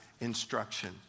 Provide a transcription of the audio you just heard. instruction